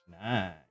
nice